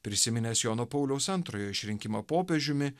prisiminęs jono pauliaus antrojo išrinkimą popiežiumi